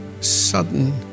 sudden